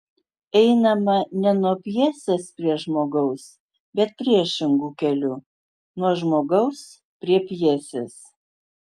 einama ne nuo pjesės prie žmogaus bet priešingu keliu nuo žmogaus prie pjesės